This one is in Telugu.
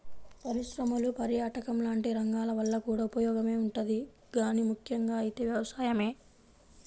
పరిశ్రమలు, పర్యాటకం లాంటి రంగాల వల్ల కూడా ఉపయోగమే ఉంటది గానీ ముక్కెంగా అయితే వ్యవసాయమే